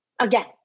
Again